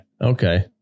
okay